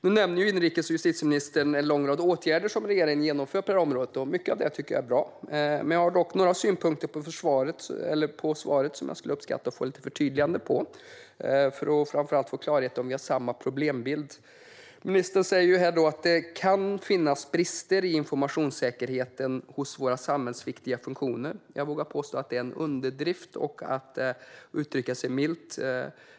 Justitie och inrikesministern nämner nu en lång rad åtgärder som regeringen har vidtagit på detta område. Mycket av det tycker jag är bra. Men jag har några synpunkter på svaret som jag skulle uppskatta att få lite förtydliganden om. Jag vill framför allt få klarhet i om vi har samma problembild. Ministern säger att det kan finnas brister i informationssäkerheten hos våra samhällsviktiga funktioner. Jag vågar påstå att det är en underdrift, för att uttrycka mig milt.